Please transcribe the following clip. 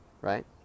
right